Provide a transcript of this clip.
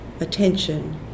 attention